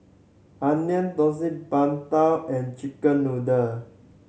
Onion Thosai Png Tao and chicken noodle